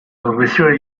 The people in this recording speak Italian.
professione